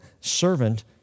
servant